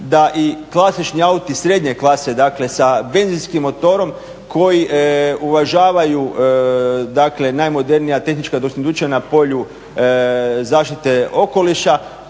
da i klasični auti srednje klase, dakle sa benzinskim motorom koji uvažavaju, dakle najmodernija tehnička dostignuća na polju zaštite okoliša